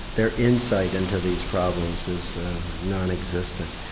their insight into these problems is nonexistent.